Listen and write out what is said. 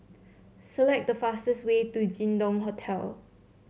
select the fastest way to Jin Dong Hotel